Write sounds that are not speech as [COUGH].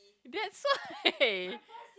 that's why [LAUGHS]